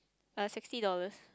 uh sixty dollars